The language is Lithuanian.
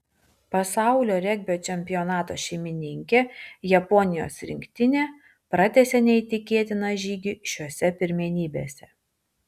pasaulio regbio čempionato šeimininkė japonijos rinktinė pratęsė neįtikėtiną žygį šiose pirmenybėse